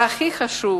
והכי חשוב: